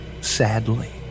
sadly